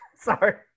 sorry